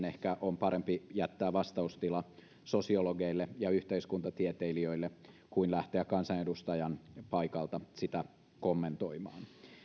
ehkä parempi jättää vastaustila sosiologeille ja yhteiskuntatieteilijöille kuin lähteä kansanedustajan paikalta sitä kommentoimaan